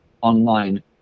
online